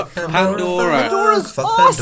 Pandora